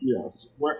Yes